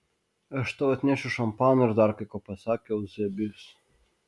aš tau atnešiu šampano ir dar kai ko pasakė euzebijus